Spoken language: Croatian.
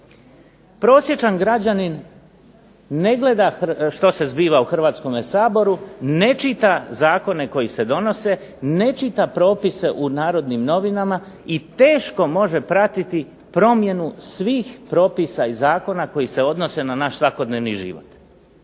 prosječan građanin ne gleda što se zbiva u Hrvatskome saboru, ne čita zakone koji se donose, ne čita propise u Narodnim novinama, i teško može pratiti promjenu svih propisa i zakona koji se odnose na naš svakodnevni život.